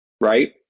right